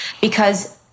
because-